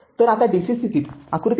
तरआता dc स्थितीत आकृती ५